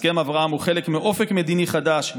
הסכם אברהם הוא חלק מאופק מדיני חדש,